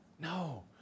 No